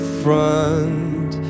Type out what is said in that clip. front